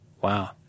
Wow